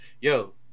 yo